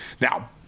Now